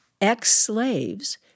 ex-slaves